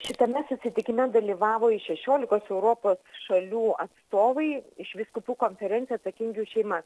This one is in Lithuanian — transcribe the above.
šitame susitikime dalyvavo iš šešiolikos europos šalių atstovai iš vyskupų konferencijų atsakingi už šeimas